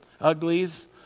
uglies